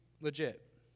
legit